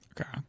Okay